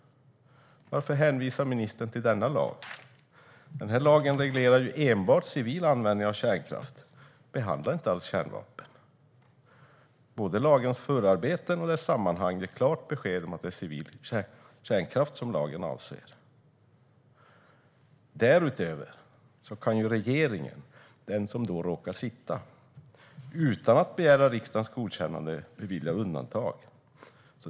Varför hänvisade ministern till denna lag? Den reglerar ju enbart civil användning av kärnkraft och behandlar inte alls kärnvapen. Både lagens förarbeten och dess sammanhang ger klart besked om att det är civil kärnkraft som lagen avser. Därutöver kan regeringen, den som då råkar sitta vid makten, utan att begära riksdagens godkännande bevilja undantag.